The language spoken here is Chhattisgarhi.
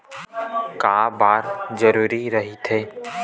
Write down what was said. का बार जरूरी रहि थे?